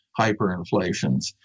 hyperinflations